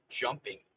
jumping